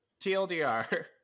tldr